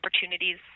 opportunities